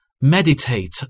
meditate